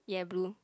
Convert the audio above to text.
yeah blue